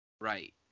Right